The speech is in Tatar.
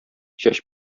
чәч